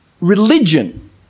religion